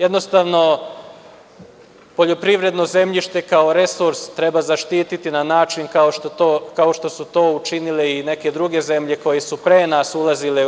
Jednostavno, poljoprivredno zemljište kao resurs treba zaštiti na način kao što su to učinile neke druge zemlje koje su pre nas ulazile u EU.